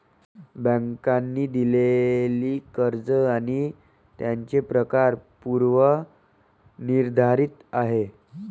बँकांनी दिलेली कर्ज आणि त्यांचे प्रकार पूर्व निर्धारित आहेत